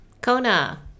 Kona